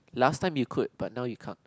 last time you could but now you can't